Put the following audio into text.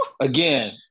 again